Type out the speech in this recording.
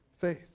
faith